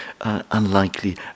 unlikely